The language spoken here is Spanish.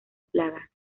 plaga